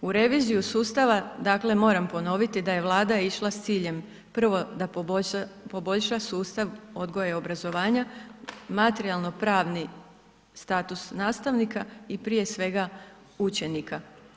U reviziju sustava, dakle moram ponoviti, da je Vlada išla s ciljem prvo da poboljša sustav odgoja i obrazovanja, materijalno pravni status nastavnika i prije svega učenika.